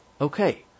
okay